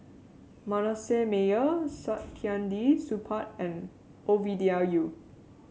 Manasseh Meyer Saktiandi Supaat and Ovidia Yu